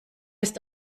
ist